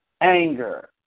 anger